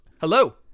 Hello